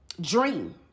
dream